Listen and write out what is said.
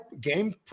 game